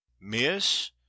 Miss